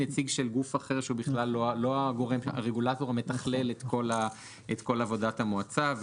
נציג של גוף אחר שהוא בכלל לא הרגולטור המתכלל את כל עבודת המועצה.